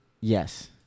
Yes